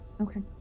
Okay